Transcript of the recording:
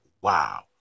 wow